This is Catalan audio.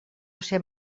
josé